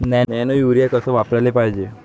Nano urea कस वापराले पायजे?